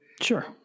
Sure